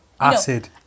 Acid